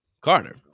Carter